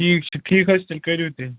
ٹھیٖک چھُ ٹھیٖک حظ چھُ تیٚلہِ کٔرِو تیٚلہِ